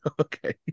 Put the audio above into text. Okay